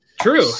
True